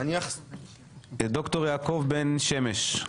ד"ר יעקב בן שמש.